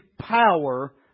power